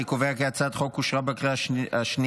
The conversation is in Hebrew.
אני קובע כי הצעת החוק אושרה בקריאה השנייה.